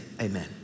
amen